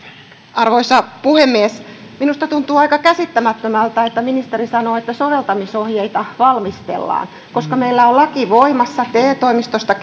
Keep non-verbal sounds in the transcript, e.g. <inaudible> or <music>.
arvoisa puhemies minusta tuntuu aika käsittämättömältä että ministeri sanoo että soveltamisohjeita valmistellaan koska meillä on laki voimassa te toimistolta <unintelligible>